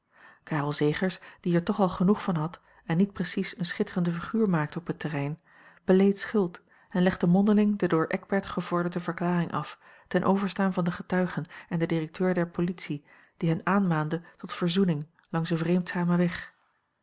karel zegers die er toch al genoeg van had en niet precies eene schitterende figuur maakte op het terrein beleed schuld en legde mondeling de door eckbert gevorderde verklaring af ten overstaan van de getuigen en den directeur der politie die hen aanmaande tot verzoening langs een vreedzamen weg